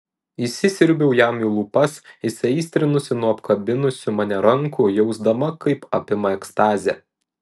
įsisiurbiau jam į lūpas įsiaistrinusi nuo apkabinusių mane rankų jausdama kaip apima ekstazė